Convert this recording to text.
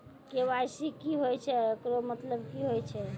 KYC की होय छै, एकरो मतलब की होय छै?